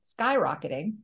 skyrocketing